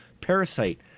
parasite